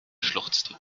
schluchzte